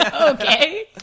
Okay